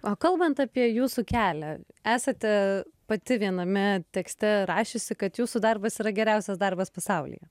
o kalbant apie jūsų kelią esate pati viename tekste rašiusi kad jūsų darbas yra geriausias darbas pasaulyje